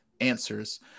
answers